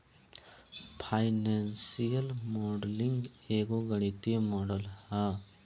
financial modelling एगो गणितीय model ह